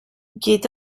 geht